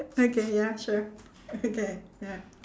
okay ya sure okay ya